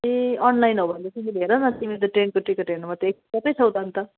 ए online हो भने तिमीले हेर न तिमी त ट्रेनको टिकट हेर्नुमा त एक्सपर्टै छौ त अन्त